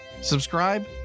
Subscribe